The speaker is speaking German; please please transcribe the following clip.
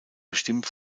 bestimmt